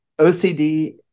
OCD